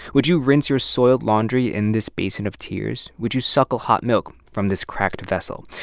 would you rinse your soiled laundry in this basement of tears? would you suckle hot milk from this cracked vessel?